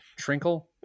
Trinkle